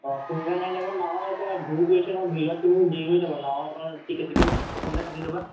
অঁ সোনকালে নাহিলে নাও এটা ভিৰ কৰিছে নহয় ভিৰত তুমি দেৰি হৈ যাব নাৱত অকণমান টিকেট চিকেট প্ৰথমতে কাটি ল'বা